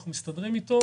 אנחנו מסתדרים איתו.